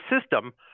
system